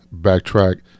backtrack